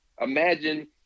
Imagine